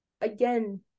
again